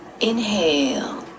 Inhale